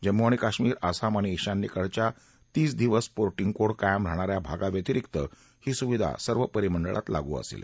जम्मू आणि काश्मीर आसाम आणि ईशान्येकडच्या तीस दिवस पोर्टिंग कोड कायम राहणाऱ्या भागांव्यतिरिक्त ही सुविधा सर्व परिमंडळात लागू असेल